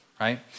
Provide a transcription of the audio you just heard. right